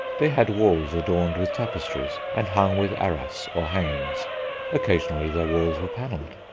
they had walls adorned with tapestries and hung with arras or hangings occasionally their walls were panelled.